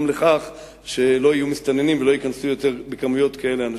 לכך שלא יהיו מסתננים ולא ייכנסו יותר אנשים במספרים כאלה.